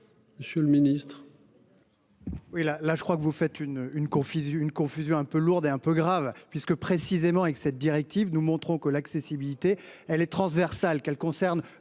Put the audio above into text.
Monsieur le ministre.--